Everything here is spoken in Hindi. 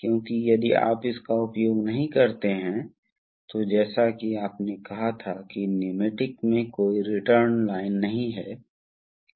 अब अगर हमने तय किया है कि अगर दबाव इस सेटिंग से आगे बढ़ता है तो याद रखें कि हम हाइड्रोस्टैटिक पंप या सकारात्मक विस्थापन पंप के बारे में बात कर रहे हैं